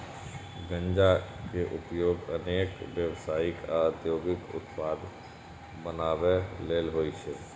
गांजा के उपयोग अनेक व्यावसायिक आ औद्योगिक उत्पाद बनबै लेल होइ छै